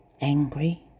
Angry